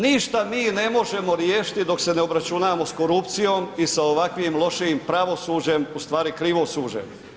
Ništa mi ne možemo riješiti dok se ne obračunamo s korupcijom i s ovakvim lošim pravosuđem, ustvari krivo osuđen.